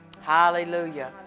Hallelujah